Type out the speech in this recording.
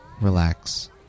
relax